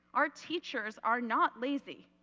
our teachers are not lazy.